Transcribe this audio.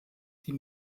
die